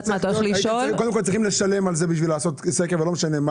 קודם כל, כדי לעשות סקר, צריך לשלם.